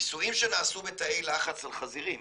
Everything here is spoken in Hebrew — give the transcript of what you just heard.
ניסויים שנעשו בתאי לחץ על חזירים